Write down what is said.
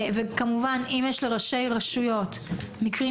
וכמובן אם יש לראשי רשויות מקומיות